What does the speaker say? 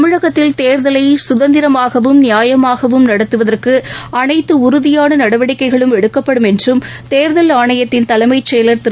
தமிழகத்தில் தோ்தலை சுதந்திரமாகவும் நியாயமாகவும் நடத்துவதற்கு அனைத்து உறுதியான நடவடிக்கைகள் எடுக்கப்படும்ம் என்றும் தேர்தல் ஆணையத்தின் தலைமைச் செயலர் திரு